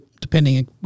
depending